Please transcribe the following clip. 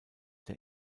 der